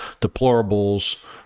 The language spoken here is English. deplorables